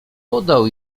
podał